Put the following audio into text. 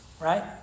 right